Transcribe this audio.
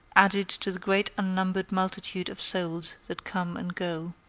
added to the great unnumbered multitude of souls that come and go.